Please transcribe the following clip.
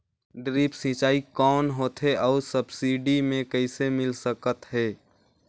Drip सिंचाई कौन होथे अउ सब्सिडी मे कइसे मिल सकत हे?